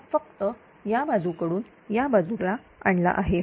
हा भाग फक्त हा या बाजूकडून या बाजूला आणला आहे